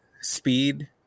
speed